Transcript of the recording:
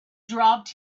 dropped